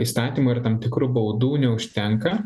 įstatymų ir tam tikrų baudų neužtenka